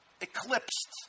eclipsed